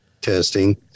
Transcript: testing